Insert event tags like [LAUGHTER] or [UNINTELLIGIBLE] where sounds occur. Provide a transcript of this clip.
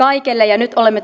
on [UNINTELLIGIBLE]